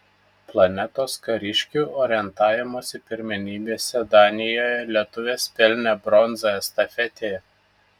planetos kariškių orientavimosi pirmenybėse danijoje lietuvės pelnė bronzą estafetėje